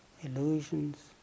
illusions